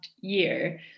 year